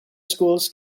schools